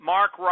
Mark